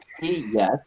yes